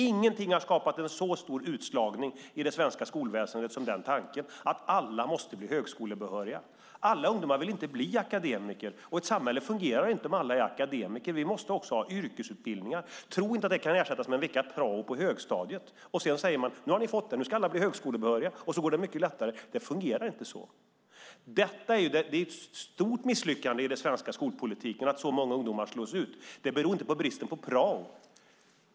Ingenting har skapat en så stor utslagning i det svenska skolväsendet som tanken att alla måste bli högskolebehöriga. Alla ungdomar vill inte bli akademiker, och ett samhälle fungerar inte om alla är akademiker. Vi måste också ha yrkesutbildningar. Tro inte att det kan ersättas med en veckas prao på högstadiet! Det fungerar inte så. Det är ett stort misslyckande i den svenska skolpolitiken att så många ungdomar slås ut. Det beror inte på bristen på prao.